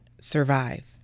survive